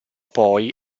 poi